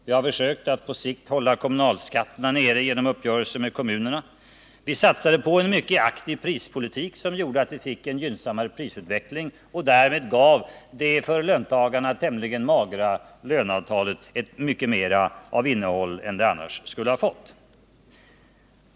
Vi har försökt att på sikt hålla kommunalskatterna nere genom uppgörelse med kommunerna. Vi satsade på en mycket aktiv prispolitik, som gjorde att vi fick en gynnsammare prisutveckling, som i sin tur därmed gav de för löntagarna tämligen magra löneavtalen mycket mera av innehåll än de annars skulle ha fått.